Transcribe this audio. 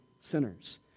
sinners